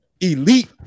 Elite